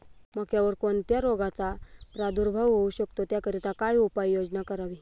मक्यावर कोणत्या रोगाचा प्रादुर्भाव होऊ शकतो? त्याकरिता काय उपाययोजना करावी?